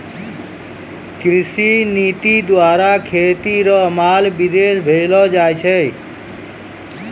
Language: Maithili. कृषि नीति द्वारा खेती रो माल विदेश भेजलो जाय छै